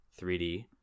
3D